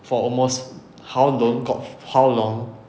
for almost how lon~ god how long